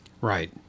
Right